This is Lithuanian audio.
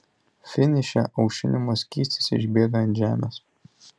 finiše aušinimo skystis išbėga ant žemės